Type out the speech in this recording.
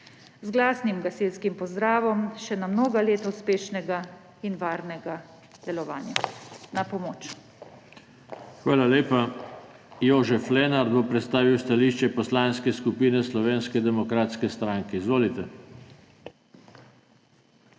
Z glasnim gasilskim pozdravom še na mnoga leta uspešnega in varnega delovanja. Na pomoč! PODPREDSEDNIK JOŽE TANKO: Hvala lepa. Jožef Lenart bo prestavil stališče Poslanske skupine Slovenske demokratske stranke. Izvolite.